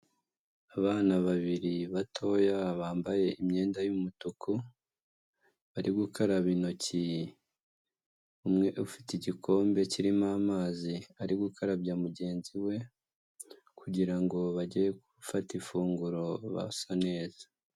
Abana babiri batoya bambaye imyenda y'umutuku bari gukaraba intoki, umwe ufite igikombe kirimo amazi ari gukarabya mugenzi we, kugirango bajye gufata ifunguro basa neza.